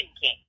King